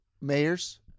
mayors